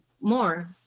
more